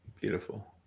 Beautiful